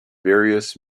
various